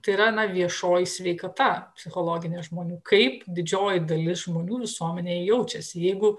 tai yra na viešoji sveikata psichologinė žmonių kaip didžioji dalis žmonių visuomenėje jaučiasi jeigu